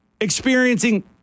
experiencing